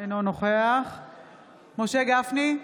אינו נוכח משה גפני,